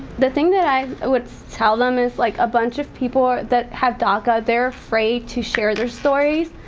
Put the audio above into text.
the thing that i would tell them is like a bunch of people that have daca, they're afraid to share their stories